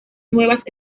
nuevas